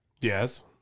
Yes